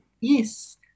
Yes